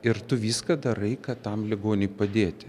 ir tu viską darai kad tam ligoniui padėti